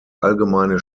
allgemeine